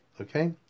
okay